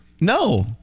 No